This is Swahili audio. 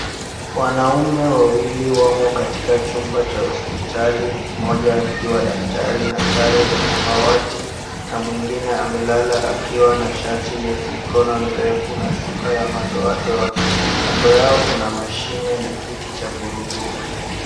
Wanaume wawili wamo katika chumba cha hospitali. Mmoja akiwa daktari na sare za samawati na mwingine amelala akiwa na shati lenye mikono mirefu na shuka ya madoadoa. Kando yao kuna mashine na kiti cha gurudumu.